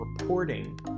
reporting